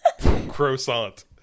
Croissant